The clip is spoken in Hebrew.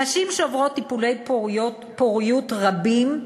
נשים שעוברות טיפולי פוריות רבים,